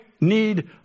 need